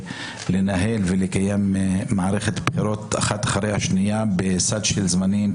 לנהל ולקיים מערכת בחירות אחת אחרי השנייה בסד זמנים,